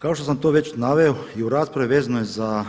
Kao što sam to već naveo i u raspravi vezanoj za